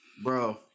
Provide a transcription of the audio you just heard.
Bro